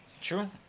True